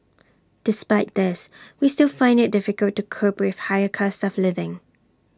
despite this we still find IT difficult to cope with the higher cost of living